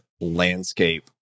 landscape